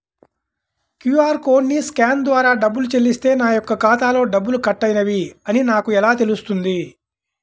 QR కోడ్ని scan ద్వారా డబ్బులు చెల్లిస్తే నా యొక్క ఖాతాలో డబ్బులు కట్ అయినవి అని నాకు ఎలా తెలుస్తుంది?